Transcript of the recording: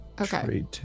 Okay